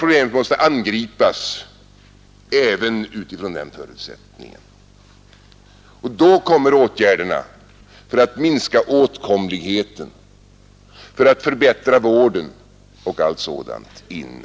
Problemet måste angripas även utifrån = Nr 87 den förutsättningen. Då blir åtgärderna för att minska åtkomligheten, för Torsdagen den att förbättra vården och allt sådant, mycket väsentliga.